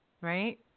right